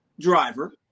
Driver